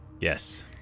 Yes